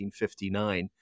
1959